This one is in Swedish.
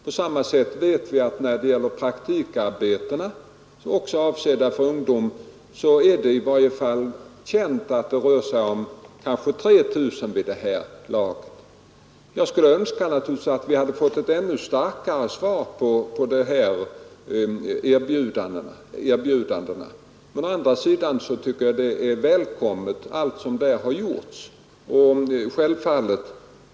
På samma sätt är det med praktikarbeten som är avsedda för ungdomar — här rör det sig kanske om 3 000. Jag skulle naturligtvis ha önskat att vi fått ett ännu starkare svar från näringslivet på erbjudandena, men å andra sidan är allt som har gjorts välkommet.